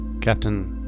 Captain